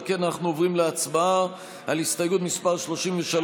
על כן אנחנו עוברים להצבעה על הסתייגות מס' 33,